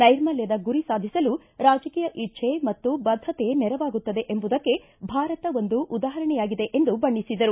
ನೈರ್ಮಲ್ಕದ ಗುರಿ ಸಾಧಿಸಲು ರಾಜಕೀಯ ಇಚ್ಛೆ ಮತ್ತು ಬದ್ದತೆ ನೆರವಾಗುತ್ತದೆ ಎಂಬುದಕ್ಕೆ ಭಾರತ ಒಂದು ಉದಾಪರಣೆಯಾಗಿದೆ ಎಂದು ಬಣ್ಣಿಸಿದರು